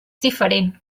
diferent